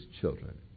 children